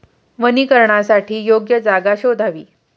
वनीकरणासाठी योग्य जागा शोधावी